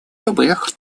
любых